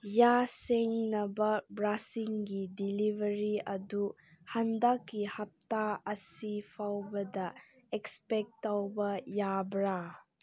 ꯌꯥ ꯁꯦꯡꯅꯕ ꯕ꯭ꯔꯁꯁꯤꯡꯒꯤ ꯗꯤꯂꯤꯚꯔꯤ ꯑꯗꯨ ꯍꯟꯗꯛꯀꯤ ꯍꯞꯇꯥ ꯑꯁꯤ ꯐꯥꯎꯕꯗ ꯑꯦꯛꯁꯄꯦꯛ ꯇꯧꯕ ꯌꯥꯕ꯭ꯔꯥ